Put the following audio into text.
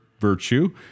virtue